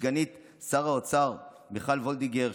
לסגנית שר האוצר מיכל וולדיגר,